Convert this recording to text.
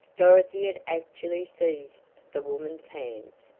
dorothy had actually seized the woman's hands,